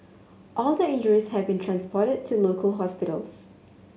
all the injuries have been transported to local hospitals